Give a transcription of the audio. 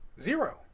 Zero